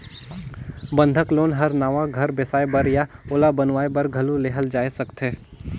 बंधक लोन हर नवा घर बेसाए बर या ओला बनावाये बर घलो लेहल जाय सकथे